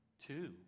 Two